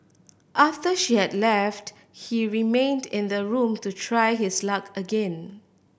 after she had left he remained in the room to try his luck again